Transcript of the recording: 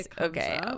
okay